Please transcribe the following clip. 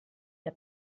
der